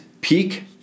Peak